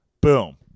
boom